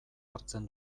hartzen